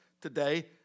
today